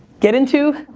get into.